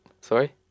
sorry